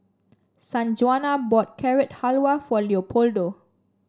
Sanjuana bought Carrot Halwa for Leopoldo